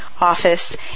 office